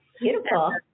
Beautiful